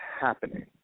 happening